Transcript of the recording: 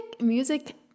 music